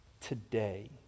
today